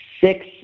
six